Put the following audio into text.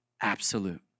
absolute